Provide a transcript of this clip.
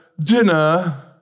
dinner